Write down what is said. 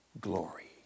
glory